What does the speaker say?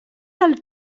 del